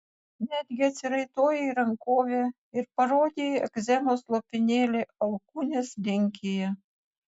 netgi atsiraitojai rankovę ir parodei egzemos lopinėlį alkūnės linkyje